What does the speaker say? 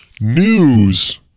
News